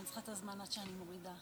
אני צריכה את הזמן עד שאני מורידה.